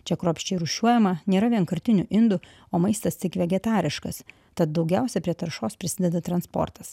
čia kruopščiai rūšiuojama nėra vienkartinių indų o maistas tik vegetariškas tad daugiausia prie taršos prisideda transportas